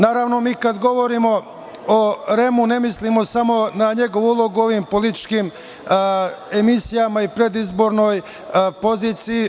Naravno, mi kada govorimo o REM-u, ne mislimo samo na njegovu ulogu u ovim političkim emisijama i predizbornoj poziciji.